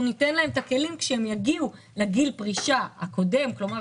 אנחנו ניתן להן את הכלים כשהן יגיעו לגיל פרישה הקודם - כלומר,